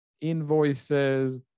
invoices